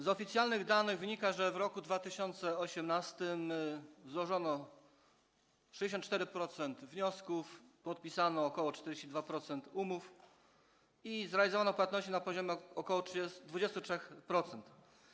Z oficjalnych danych wynika, że w roku 2018 złożono 64% wniosków, podpisano ok. 42% umów i zrealizowano płatności na poziomie ok. 23%.